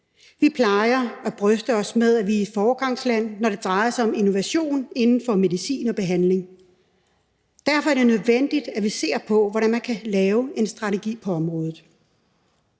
Vi plejer at bryste os med, at vi er et foregangsland, når det drejer sig om innovation inden for medicin og behandling. Derfor er det nødvendigt, at vi ser på, hvordan man kan lave en strategi på området.